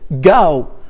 go